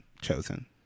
chosen